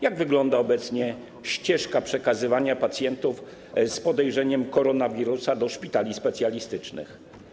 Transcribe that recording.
Jak wygląda obecnie ścieżka przekazywania pacjentów z podejrzeniem koronawirusa do szpitali specjalistycznych?